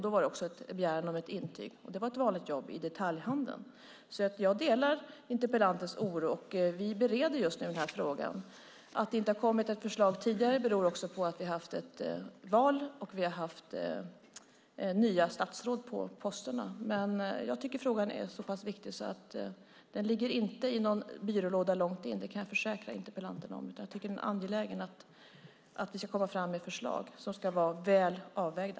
Det var en begäran om ett intyg och gällde ett vanligt jobb i detaljhandeln. Jag delar alltså interpellantens oro. Vi bereder just nu frågan. Att det inte har kommit förslag tidigare beror på att vi haft ett val och fått nya statsråd på posterna. Jag tycker frågan är viktig och den ligger därför inte långt inne i någon byrålåda. Det kan jag försäkra interpellanten om. Det är angeläget att vi kommer fram till förslag, och de ska vara väl avvägda.